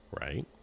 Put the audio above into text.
right